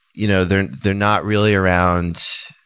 you know they're they're not really around